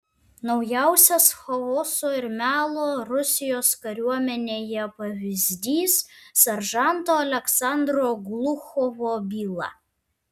naujausias chaoso ir melo rusijos kariuomenėje pavyzdys seržanto aleksandro gluchovo byla